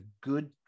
good